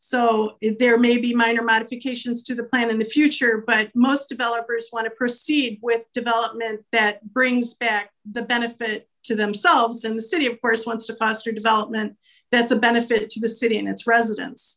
are maybe minor modifications to the plan in the future but most developers want to proceed with development that brings back the benefit to themselves and the city of course wants to foster development that's a benefit to the city and its residents